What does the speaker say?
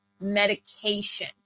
medication